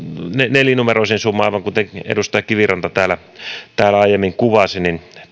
nelinumeroiseen summaan tilaa kohti aivan kuten edustaja kiviranta täällä aiemmin kuvasi